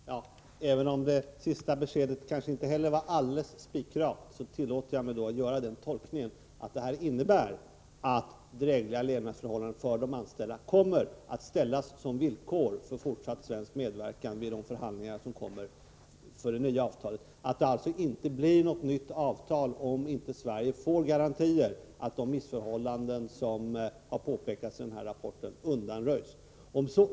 Fru talman! Även om det sista beskedet kanske inte heller var alldeles spikrakt, tillåter jag mig att göra den tolkningen att det innebär att drägliga levnadsförhållanden för de anställda kommer att ställas som villkor för fortsatt svensk medverkan vid de förhandlingar som kommer att föras inför det nya avtalet och att det alltså inte blir något nytt avtal om inte Sverige får garantier för att de missförhållanden som har påpekats i rapporten undanröjs.